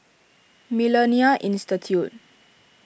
Millennia Institute